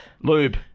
Lube